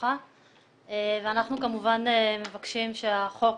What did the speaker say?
והרווחה ואנחנו כמובן מבקשים שהחוק,